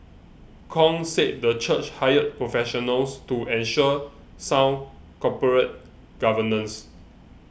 Kong said the church hired professionals to ensure sound corporate governance